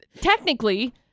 technically